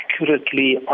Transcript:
accurately